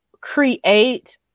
create